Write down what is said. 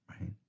right